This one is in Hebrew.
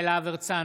יוראי להב הרצנו,